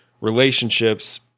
relationships